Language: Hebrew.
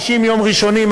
90 יום ראשונים,